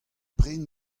pren